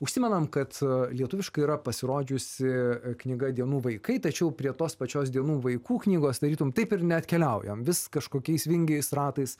užsimenam kad lietuviškai yra pasirodžiusi knyga dienų vaikai tačiau prie tos pačios dienų vaikų knygos tarytum taip ir neatkeliaujam vis kažkokiais vingiais ratais